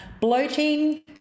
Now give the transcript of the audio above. bloating